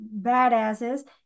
badasses